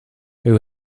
who